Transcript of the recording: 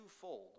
twofold